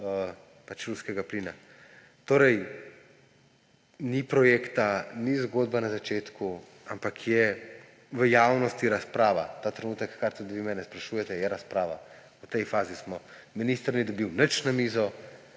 ruskega plina. Torej ni projekta, ni zgodba na začetku, ampak je v javnosti razprava ta trenutek, kar tudi vi mene sprašujete, je razprava, v tej fazi smo. Minister ni dobil nič na mizo